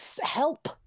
help